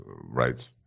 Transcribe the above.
right